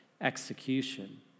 execution